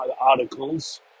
articles